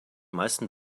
meisten